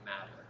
matter